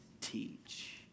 teach